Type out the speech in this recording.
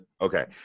Okay